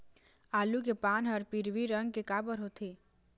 आलू के पान हर पिवरी रंग के काबर होथे?